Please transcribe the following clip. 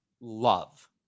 love